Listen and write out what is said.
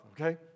okay